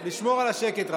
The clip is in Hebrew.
לשמור על השקט.